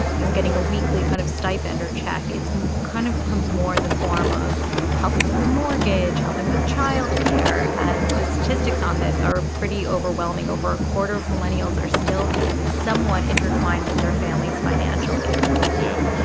you know, getting a weekly kind of stipend or check. it's kind of comes more in the form of helping with a mortgage, helping with child care. and the statistics on this are pretty overwhelming. over a quarter of millennials are still somewhat intertwined with their families financially yeah.